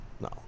No